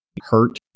hurt